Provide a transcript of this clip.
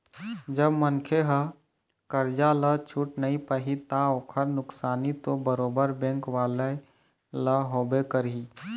जब मनखे ह करजा ल छूट नइ पाही ता ओखर नुकसानी तो बरोबर बेंक वाले ल होबे करही